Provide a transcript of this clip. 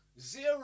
zero